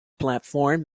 platform